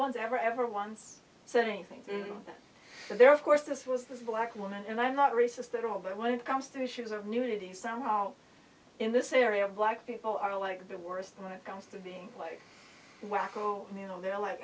one's ever ever once said anything that they're of course this was this black woman and i'm not racist at all but when it comes to issues of nudity somehow in this area of black people are like the worst when it comes to being like whack o you know they're like